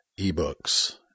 ebooks